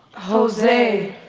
jose.